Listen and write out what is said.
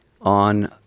on